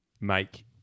make